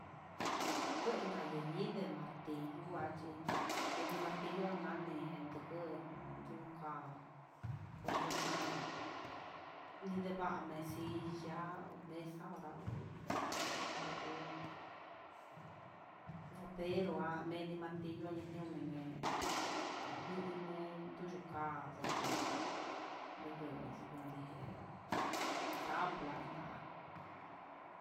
Kuen niniye martillo, nguachi ndu martillo ngandien tuku uun nduguian ndutujan, nidengua mé silla o masa nga, ojan kuu ropero an meni martillo aniomen ne'e, nimen yudu ka'á, kuu ndukunin jen tabla já.